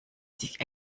sich